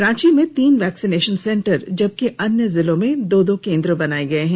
रांची में तीन vaccination centre जबकि अन्य जिलों में दो दो केंद्र बनाए गए हैं